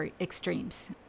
extremes